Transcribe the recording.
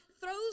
throws